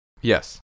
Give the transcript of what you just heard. Yes